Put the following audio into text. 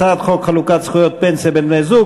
הצעת חוק חלוקת זכויות פנסיה בין בני-זוג,